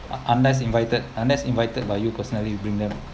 unless invited unless invited by you personally you bring them